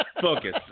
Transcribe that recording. Focus